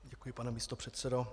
Děkuji, pane místopředsedo.